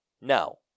No